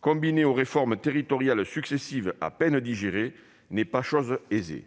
combiné aux réformes territoriales successives à peine digérées, n'est pas aisé